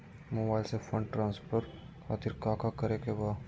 Mobile से fund transfer खातिर काका करे के बा?